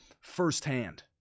firsthand